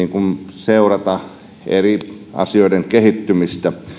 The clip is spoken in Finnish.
seurata eri asioiden kehittymistä